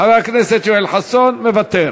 חבר הכנסת יואל חסון, מוותר,